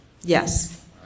Yes